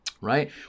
right